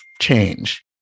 change